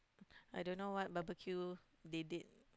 I don't know what barbeque they did